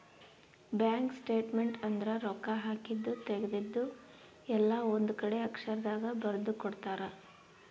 bank statement ಅಂದ್ರ ರೊಕ್ಕ ಹಾಕಿದ್ದು ತೆಗ್ದಿದ್ದು ಎಲ್ಲ ಒಂದ್ ಕಡೆ ಅಕ್ಷರ ದಾಗ ಬರ್ದು ಕೊಡ್ತಾರ